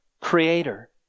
creator